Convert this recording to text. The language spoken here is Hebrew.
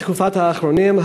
בתקופת האחרונים,